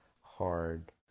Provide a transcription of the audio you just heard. hard